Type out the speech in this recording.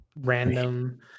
random